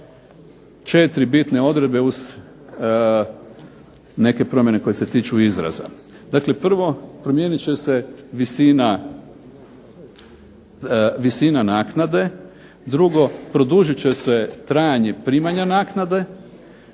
4 bitne odredbe uz neke promjene koje se tiču izraza. Dakle, prvo promijenit će se visina naknade. Drugo, produžit će se trajanje primanja naknade.